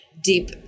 deep